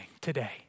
today